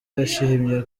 yashimye